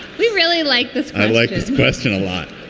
we really like this. i like this question a lot.